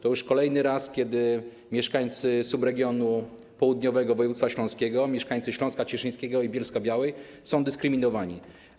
To już kolejny raz, kiedy mieszkańcy subregionu południowego województwa śląskiego, mieszkańcy Śląska Cieszyńskiego i Bielska-Białej są dyskryminowani.